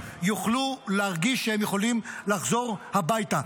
יוכלו להרגיש שהם יכולים לחזור הביתה.